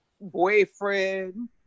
boyfriend